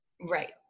Right